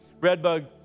Redbug